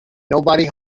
nobody